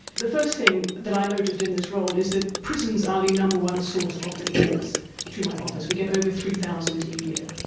the first thing that i noticed in this role is that prisons are the number one source of complaints to my office, we get over three thousand a year.